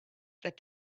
that